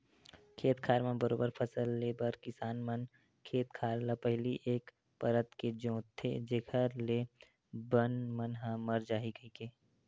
खेत खार म बरोबर फसल ले बर किसान मन खेत खार ल पहिली एक परत के जोंतथे जेखर ले बन मन ह मर जाही कहिके